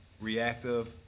reactive